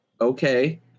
okay